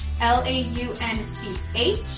L-A-U-N-C-H